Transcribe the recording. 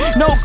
no